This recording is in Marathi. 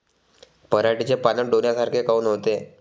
पराटीचे पानं डोन्यासारखे काऊन होते?